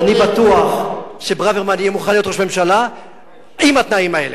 אני בטוח שברוורמן יהיה מוכן להיות ראש ממשלה עם התנאים האלה.